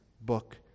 book